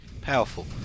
Powerful